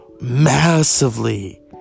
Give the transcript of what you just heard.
massively